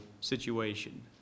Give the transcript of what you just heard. situation